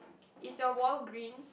is your wall green